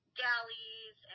galleys